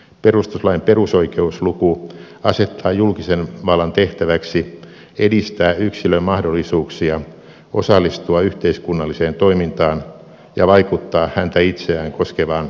perustuslain perusoikeusluku asettaa julkisen vallan tehtäväksi edistää yksilön mahdollisuuksia osallistua yhteiskunnalliseen toimintaan ja vaikuttaa häntä itseään koskevaan päätöksentekoon